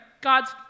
God's